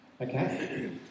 Okay